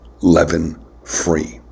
leaven-free